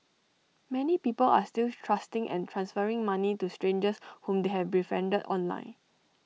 many people are still trusting and transferring money to strangers whom they have befriended online